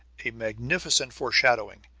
a magnificent foreshadowing,